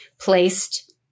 placed